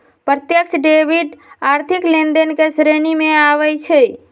प्रत्यक्ष डेबिट आर्थिक लेनदेन के श्रेणी में आबइ छै